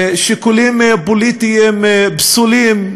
שיקולים פוליטיים פסולים,